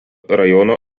rajono